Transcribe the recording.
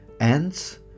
Ants